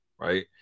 right